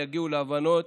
יגיעו להבנות